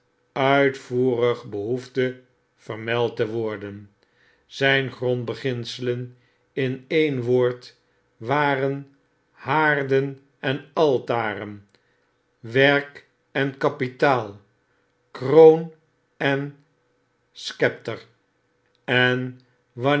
uitvoerig behoefde vermeld te worden zyn grondbeginselen in een woord waren haarden en altaren werk en kapitaal kroon en schepter en